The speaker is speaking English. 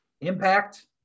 Impact